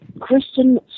Kristen